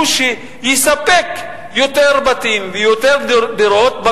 שהוא יספק יותר בתים ויותר דירות,